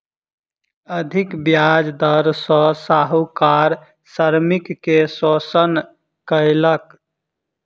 अधिक ब्याज दर सॅ साहूकार श्रमिक के शोषण कयलक